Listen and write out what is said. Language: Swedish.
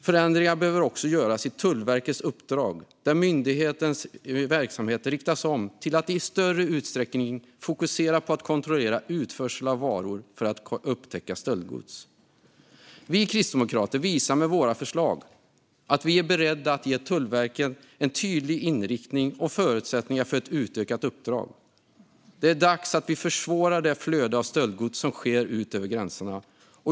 Förändringar behöver också göras i Tullverkets uppdrag, där myndighetens verksamhet riktas om till att i större utsträckning fokusera på att kontrollera utförsel av varor för att upptäcka stöldgods. Vi kristdemokrater visar med våra förslag att vi är beredda att ge Tullverket en tydlig inriktning och förutsättningar för ett utökat uppdrag. Det är dags att vi försvårar det flöde av stöldgods som sker ut över gränserna.